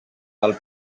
del